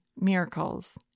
miracles